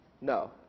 No